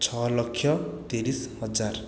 ଛଅ ଲକ୍ଷ ତିରିଶ ହଜାର